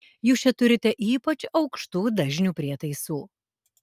jūs čia turite ypač aukštų dažnių prietaisų